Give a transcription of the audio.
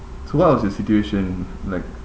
so what was your situation like